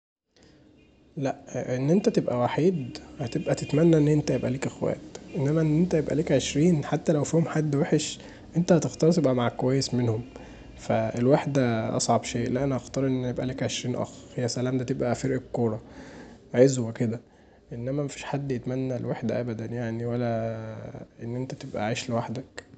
لأ ان انت تبقي وحيد هتبقي تتمني ان يبقي ليك اخوات، انما ان انت يبقي ليك عشرين حتي لو فيهم حد وحش انت هتختار تبقي مع الكويس منهم فالوحده أصعب شئ، لأ انا هختار ان يبقي ليك عشربن أخ، يا سلام دي تبقي فرقة كوره، عزوه كدا، انما مفيش حد يتمني الوحده ابدا يعني ولا ان انت تبقي عايش لوحدك.